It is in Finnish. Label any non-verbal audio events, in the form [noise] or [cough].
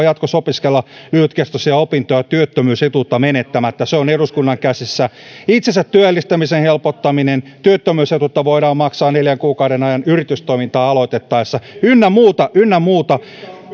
[unintelligible] jatkossa opiskella lyhytkestoisia opintoja työttömyysetuutta menettämättä toivottavasti se menee täällä nopeasti läpi se on eduskunnan käsissä itsensä työllistämisen helpottaminen työttömyysetuutta voidaan maksaa neljän kuukauden ajan yritystoimintaa aloitettaessa ynnä muuta ynnä muuta